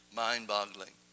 mind-boggling